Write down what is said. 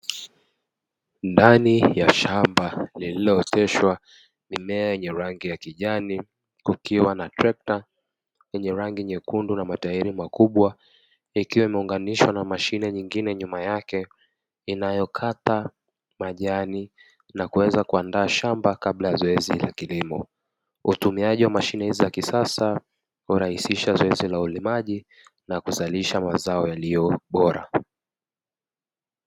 Ndani ya shamba lililooteshwa mimea yenye rangi ya kijani, kukiwa na trekta lenye rangi nyekundu na matairi makubwa, ikiwa imeunganishwa na mashine nyingine nyuma yake inayokata majani na kuweza kuandaa shamba kabla ya zoezi la kilimo. Utumiaji wa mashine hizi za kisasa, hurahisisha zoezi la ulimaji na kuzalisha mazao yaliyo bora.